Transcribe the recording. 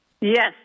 Yes